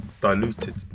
diluted